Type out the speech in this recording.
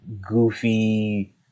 goofy